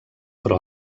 però